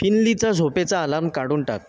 फिनलीचा झोपेचा अलाम काढून टाक